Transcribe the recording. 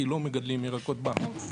כי לא מגדלים ירקות בהר.